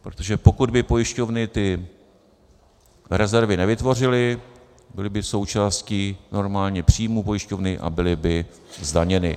Protože pokud by pojišťovny ty rezervy nevytvořily, byly by součástí normálně příjmu pojišťovny a byly by zdaněny.